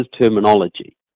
terminology